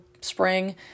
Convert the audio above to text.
spring